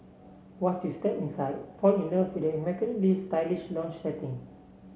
once you step inside fall in love with the immaculately stylish lounge setting